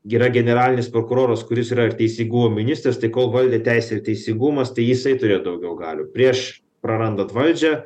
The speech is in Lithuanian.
gera generalinis prokuroras kuris yra ir teisingumo ministras tai kol valdė teisė ir teisingumas tai jisai turėjo daugiau galių prieš prarandant valdžią